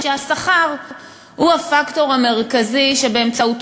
שהשכר הוא הפקטור המרכזי שבאמצעותו